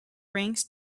ranks